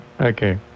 okay